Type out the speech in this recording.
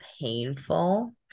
painful